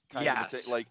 Yes